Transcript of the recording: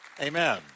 amen